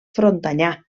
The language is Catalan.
frontanyà